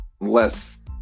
less